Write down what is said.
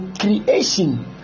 creation